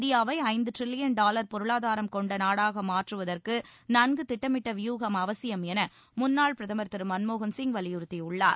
இந்தியாவை ஐந்து trillion dollar பொருளாதாரம் கொண்ட நாடளாக மாற்றுவதற்கு நன்கு திட்டமிட்ட வியூகம் அவசியம் என முன்னாள் பிரதமர் திரு மன்மோகன்சிங் வலியுறுத்தியுள்ளார்